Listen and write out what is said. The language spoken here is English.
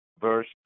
verse